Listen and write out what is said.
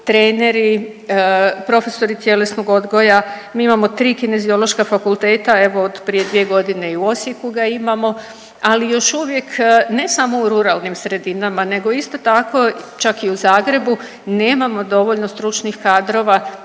treneri, profesori tjelesnog odgoja. Mi imamo tri Kineziološka fakulteta, evo od prije dvije godine i u Osijeku ga imamo, ali još uvijek ne samo u ruralnim sredinama nego isto tako čak i u Zagrebu nemamo dovoljno stručnih kadrova,